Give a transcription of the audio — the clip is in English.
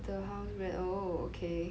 the HouseBrand oh okay